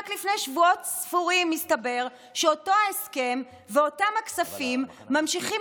רק לפני שבועות ספורים מסתבר שאותו ההסכם ואותם הכספים ממשיכים